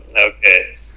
Okay